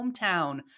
hometown